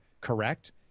correct